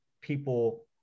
people